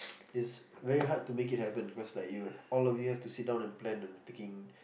this very hard to make it happen cause like you all of you have to sit down and plan and taking